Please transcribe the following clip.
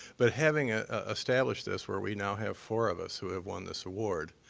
but having ah ah established this, where we now have four of us who have won this award,